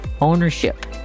ownership